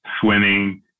swimming